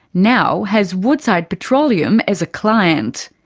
now has woodside petroleum as a client.